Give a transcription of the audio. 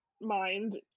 mind